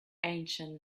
ancient